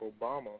Obama